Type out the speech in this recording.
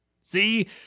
see